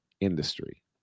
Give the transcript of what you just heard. industry